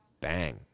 Bang